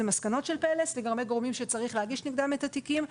מסקנות של "פלס" לגבי גורמים שצריך להגיש נגדם את התיקים,